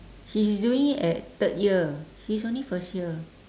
he's doing it at third year he's only first year